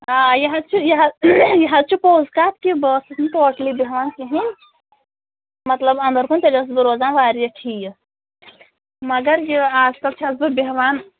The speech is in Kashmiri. آ یہِ حَظ چھُ یہِ حَظ یہِ حَظ چھُ پوٚز کَتھ کہِ بہٕ ٲسٕس نہٕ ٹوٹلی بیٚہوان کِہیٖنۍ مطلب انٛدر کُن تیٚلہِ ٲسٕس بہٕ روزان واریاہ ٹھیٖکھ مگر یہِ آز کَل چھَس بہٕ بیٚہوان